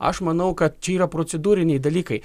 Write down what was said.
aš manau kad čia yra procedūriniai dalykai